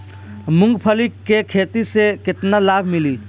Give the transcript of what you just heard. मूँगफली के खेती से केतना लाभ मिली?